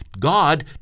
God